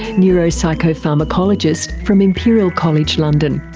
neuropsychopharmacologist from imperial college london.